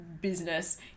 business